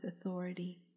authority